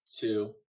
two